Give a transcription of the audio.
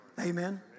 Amen